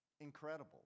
incredible